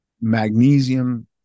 magnesium